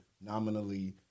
nominally